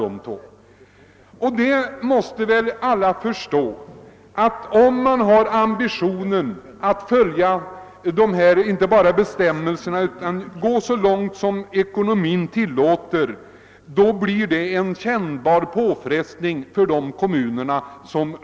Det är uppenbart att om en kommun har ambitionen att inte bara följa bestämmelserna utan sträcka sig så långt som ekonomin tillåter, medför dessa sociala utgifter en kännbar påfrestning på kommunen.